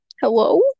Hello